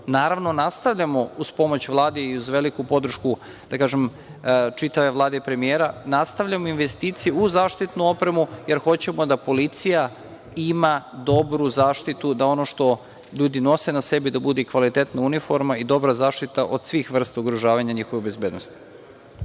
dovoljno. Naravno, nastavljamo uz pomoć Vlade i uz veliku podršku, da kažem, čitave Vlade i premijera investicije u zaštitnu opremu, jer hoćemo da policija ima dobru zaštitu, da ono što ljudi nose na sebi da bude i kvalitetna uniforma i dobra zaštita od svih vrsta ugrožavanja njihove bezbednosti.